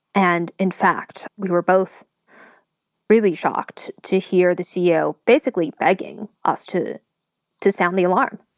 and in fact, we were both really shocked to hear the ceo basically begging us to to sound the alarm.